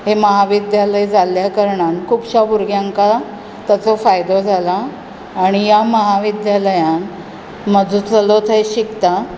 हें महाविद्यालय जाल्ल्या कारणान खुबश्या भुरग्यांक ताचो फायदो जाला आनी ह्या महाविद्यालयांत म्हाजो चलो थंय शिकता